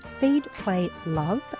feedplaylove